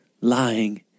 lying